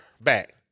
back